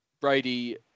Brady